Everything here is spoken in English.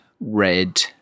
red